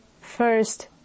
first